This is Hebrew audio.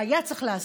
שהיה צריך לעשות,